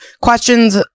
questions